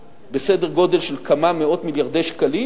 בסדר-גודל של כמה מאות מיליארדי שקלים.